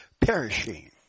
perishing